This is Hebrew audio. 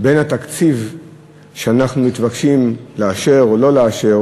בין התקציב שאנחנו מתבקשים לאשר או לא לאשר,